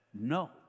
No